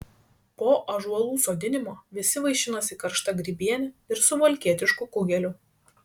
po ąžuolų sodinimo visi vaišinosi karšta grybiene ir suvalkietišku kugeliu